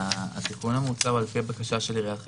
הבקשה של עיריית חיפה.